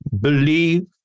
Believe